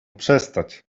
przestać